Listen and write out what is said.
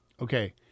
Okay